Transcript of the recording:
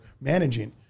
managing